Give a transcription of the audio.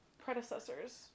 predecessors